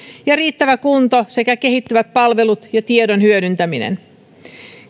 ja riittävä kunto sekä kehittyvät palvelut ja tiedon hyödyntäminen